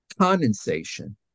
condensation